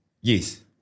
Yes